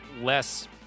less